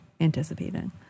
anticipating